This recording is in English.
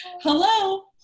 Hello